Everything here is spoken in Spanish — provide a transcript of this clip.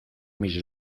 mis